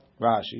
Rashi